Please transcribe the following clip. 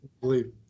believe